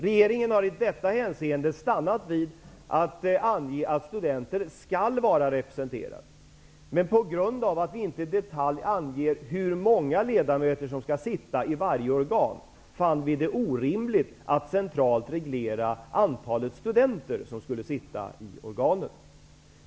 Regeringen har i detta hänseende stannat vid att ange att studenter skall vara representerade. Men på grund av att vi inte i detalj anger hur många ledamöter som skall sitta i varje organ, fann vi det orimligt att centralt reglera antalet studenter som skulle sitta i organen.